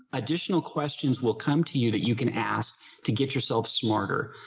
additional questions will come to you that you can ask to get yourself smarter.